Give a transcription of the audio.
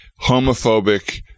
homophobic